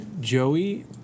Joey